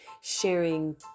sharing